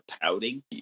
pouting